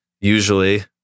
Usually